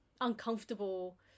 uncomfortable